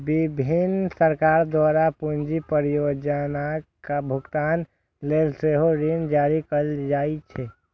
विभिन्न सरकार द्वारा पूंजी परियोजनाक भुगतान लेल सेहो ऋण जारी कैल जाइ छै